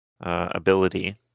ability